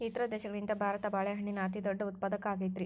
ಇತರ ದೇಶಗಳಿಗಿಂತ ಭಾರತ ಬಾಳೆಹಣ್ಣಿನ ಅತಿದೊಡ್ಡ ಉತ್ಪಾದಕ ಆಗೈತ್ರಿ